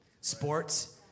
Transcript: Sports